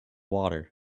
water